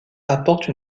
apportent